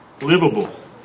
livable